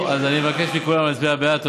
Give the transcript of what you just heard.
טוב, אז אני מבקש מכולם להצביע בעד.